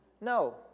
No